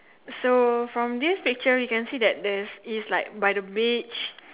so from this picture we can see that there's is like by the beach